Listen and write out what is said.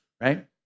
right